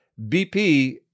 BP